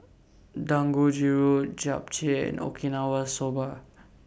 Dangojiru Japchae and Okinawa Soba